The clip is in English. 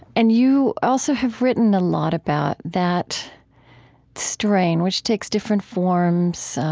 and you also have written a lot about that strain which takes different forms